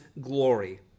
glory